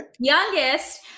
Youngest